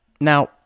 Now